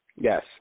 Yes